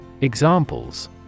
Examples